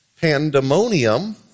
Pandemonium